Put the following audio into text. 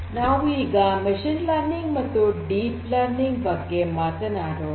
ಈಗ ನಾವು machine learning ಮತ್ತು ಡೀಪ್ ಲರ್ನಿಂಗ್ ಬಗ್ಗೆ ಮಾತನಾಡೋಣ